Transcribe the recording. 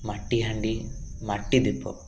ମାଟିହାଣ୍ଡି ମାଟିଦୀପ